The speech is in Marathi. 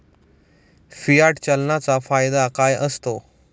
फियाट चलनाचा फायदा काय असतो?